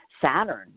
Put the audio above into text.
Saturn